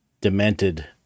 demented